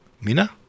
Mina